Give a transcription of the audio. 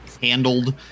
handled